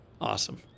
Awesome